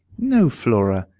no, flora,